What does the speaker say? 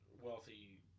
wealthy